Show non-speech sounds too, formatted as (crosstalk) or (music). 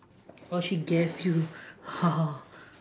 oh she gave you (laughs)